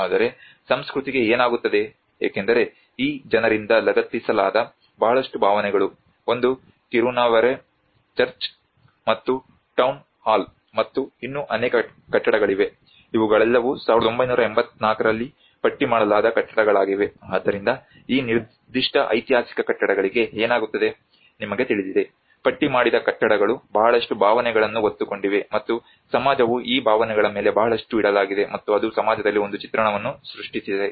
ಆದರೆ ಸಂಸ್ಕೃತಿಗೆ ಏನಾಗುತ್ತದೆ ಏಕೆಂದರೆ ಈ ಜನರಿಂದ ಲಗತ್ತಿಸಲಾದ ಬಹಳಷ್ಟು ಭಾವನೆಗಳು ಒಂದು ಕಿರುನಾವೆರೆ ಚರ್ಚ್ ಮತ್ತು ಟೌನ್ ಹಾಲ್ ಮತ್ತು ಇನ್ನೂ ಅನೇಕ ಕಟ್ಟಡಗಳಿವೆ ಇವುಗಳೆಲ್ಲವೂ 1984 ರಲ್ಲಿ ಪಟ್ಟಿ ಮಾಡಲಾದ ಕಟ್ಟಡಗಳಾಗಿವೆ ಆದ್ದರಿಂದ ಈ ನಿರ್ದಿಷ್ಟ ಐತಿಹಾಸಿಕ ಕಟ್ಟಡಗಳಿಗೆ ಏನಾಗುತ್ತದೆ ನಿಮಗೆ ತಿಳಿದಿದೆ ಪಟ್ಟಿಮಾಡಿದ ಕಟ್ಟಡಗಳು ಬಹಳಷ್ಟು ಭಾವನೆಗಳನ್ನು ಹೊತ್ತುಕೊಂಡಿವೆ ಮತ್ತು ಸಮಾಜವು ಈ ಭಾವನೆಗಳ ಮೇಲೆ ಬಹಳಷ್ಟು ಇಡಲಾಗಿದೆ ಮತ್ತು ಅದು ಸಮಾಜದಲ್ಲಿ ಒಂದು ಚಿತ್ರಣವನ್ನು ಸೃಷ್ಟಿಸಿದೆ